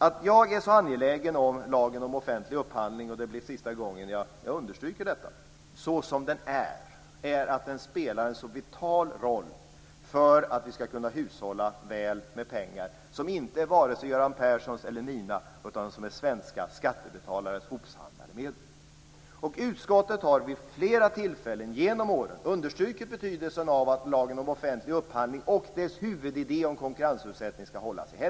Att jag är så angelägen om lagen om offentlig upphandling såsom den är, och det blir sista gången jag understryker detta, är för att den spelar en så vital roll för att vi ska kunna hushålla väl med pengar som varken är Göran Perssons eller mina utan som är svenska skattebetalares medel. Utskottet har genom åren vid flera tillfällen understrukit betydelsen av att lagen om offentlig upphandling och dess huvudidé om konkurrensutsättning ska hållas i helgd.